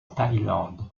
thaïlande